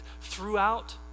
throughout